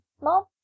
Mom